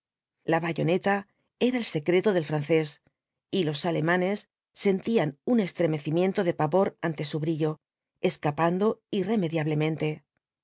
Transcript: la bayoneta era el secreto del francés y los alemanes sentían un estremecimiento de pavor ante su brillo escapando irremediablemente